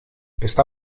está